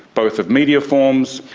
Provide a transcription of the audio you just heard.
both of media forms,